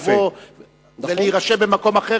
אלא לבוא ולהירשם במקום אחר,